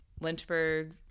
Lynchburg